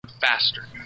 faster